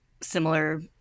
similar